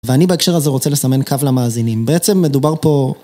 ואני בהקשר הזה רוצה לסמן קו למאזינים. בעצם מדובר פה...